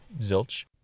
zilch